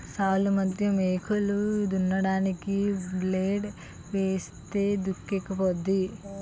సాల్లు మధ్య మొక్కలు దున్నడానికి బ్లేడ్ ఏస్తే దుక్కైపోద్ది